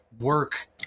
work